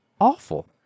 awful